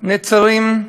נצרים,